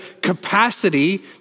capacity